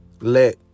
let